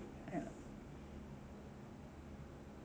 ya